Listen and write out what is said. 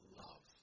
love